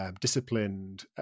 Disciplined